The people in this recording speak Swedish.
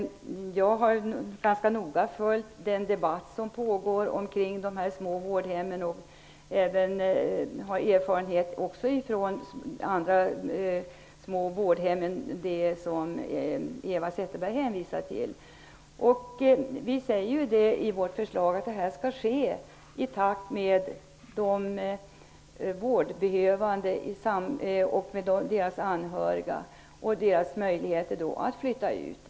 Jag har ganska noga följt den debatt som pågår om dessa vårdhem. Jag har också erfarenhet av andra små vårdhem än det som Eva Zetterberg hänvisade till. I vårt förslag säger vi att avvecklingen skall ske i takt med att de vårdbehövande har möjlighet att flytta ut.